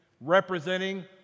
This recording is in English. representing